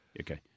Okay